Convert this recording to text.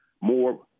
more